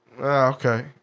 okay